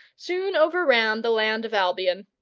soon overran the land of albion.